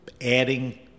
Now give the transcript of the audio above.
adding